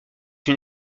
une